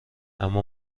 اما